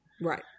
Right